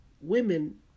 Women